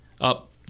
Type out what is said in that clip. up